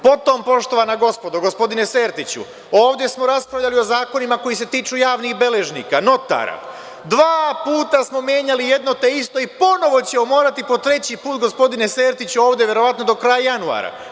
Potom, poštovana gospodo, gospodine Sertiću, ovde smo raspravljali o zakonima koji se tiču javnih beležnika, notara, dva puta smo menjali jedno te isto i ponovo ćemo morati po treći put, gospodine Sertiću, ovde verovatno do kraja januara.